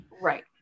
Right